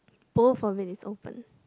both of it is open